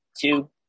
two